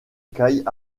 écailles